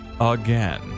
again